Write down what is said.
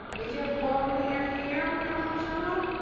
is your home near here, my little gen'leman?